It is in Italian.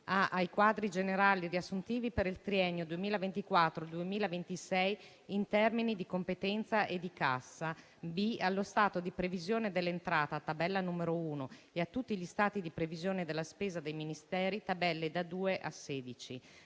ai quadri generali riassuntivi per il triennio 2024-2026 in termini di competenza e di cassa; *b)* allo stato di previsione dell'entrata (Tabella n. 1) e a tutti gli stati di previsione della spesa dei Ministeri (tabelle da 2 a 16).